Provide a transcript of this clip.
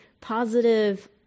positive